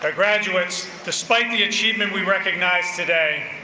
but graduates, despite the achievement we recognize today,